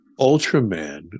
Ultraman